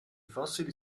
fossili